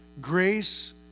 Grace